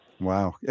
Wow